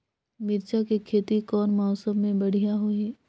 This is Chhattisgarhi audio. मिरचा के खेती कौन मौसम मे बढ़िया होही?